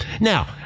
Now